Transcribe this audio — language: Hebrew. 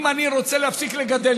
אם אני רוצה להפסיק לגדל,